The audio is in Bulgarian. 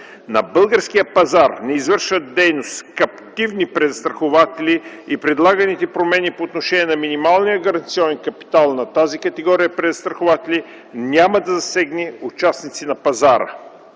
На българския пазар не извършват дейност каптивни презастрахователи и предлаганите промени по отношение на минималния гаранционен капитал на тази категория презастрахователи няма да засегне участници на пазара.